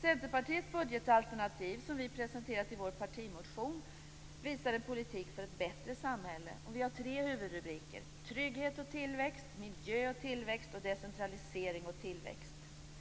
Centerpartiets budgetalternativ som vi har presenterat i vår partimotion visar en politik för ett bättre samhälle. Vi har tre huvudrubriker: Trygghet och tillväxt, Miljö och tillväxt samt Decentralisering och tillväxt.